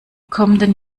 kommenden